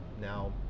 now